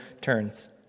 turns